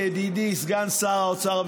ידידי סגן שר האוצר,